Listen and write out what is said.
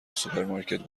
سوپرمارکت